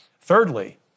Thirdly